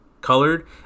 colored